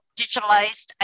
digitalized